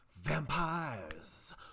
vampires